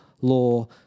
law